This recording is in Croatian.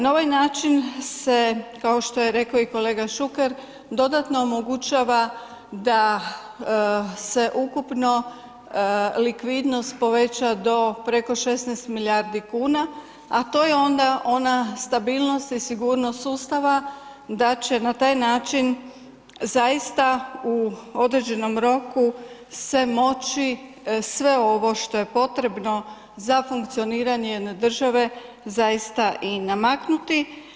Na ovaj način se, kao što je reko i kolega Šuker, dodatno omogućava da se ukupno likvidnost poveća do preko 16 milijardi kuna, a to je onda ona stabilnost i sigurnost sustava da će na taj način zaista u određenom roku se moći sve ovo što je potrebno za funkcioniranje jedne države zaista i namakunti.